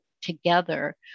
together